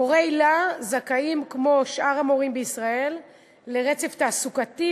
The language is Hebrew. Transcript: מורי היל"ה זכאים כמו שאר המורים בישראל לרצף תעסוקתי,